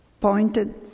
pointed